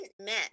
met